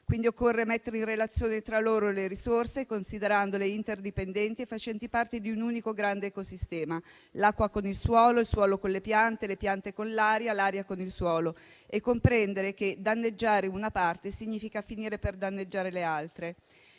scarse. Occorre mettere in relazione tra loro le risorse, considerandole interdipendenti e facenti parte di un unico grande ecosistema (l'acqua con il suolo, il suolo con le piante, le piante con l'aria, l'aria con il suolo), e comprendere che danneggiare una parte significa finire per danneggiare le altre.